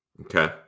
Okay